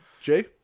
jay